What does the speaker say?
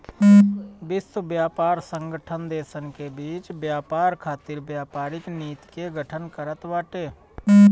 विश्व व्यापार संगठन देसन के बीच व्यापार खातिर व्यापारिक नीति के गठन करत बाटे